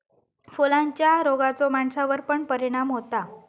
फुलांच्या रोगाचो माणसावर पण परिणाम होता